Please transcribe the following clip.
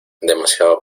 demasiado